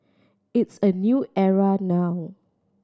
it's a new era now